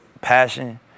passion